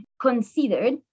considered